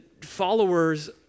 followers